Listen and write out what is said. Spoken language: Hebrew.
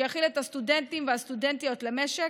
שיכין את הסטודנטים והסטודנטיות למשק?